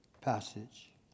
passage